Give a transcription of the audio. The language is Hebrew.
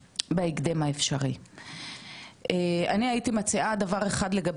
אני הייתי מציעה דבר אחד לגבי הסוגייה הזאת של תקופת ההתארגנות,